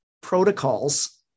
protocols